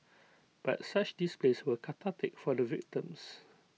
but such displays were cathartic for the victims